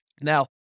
Now